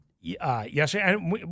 yesterday